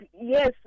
yes